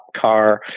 car